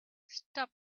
stop